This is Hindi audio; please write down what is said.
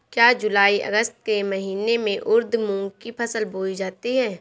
क्या जूलाई अगस्त के महीने में उर्द मूंग की फसल बोई जाती है?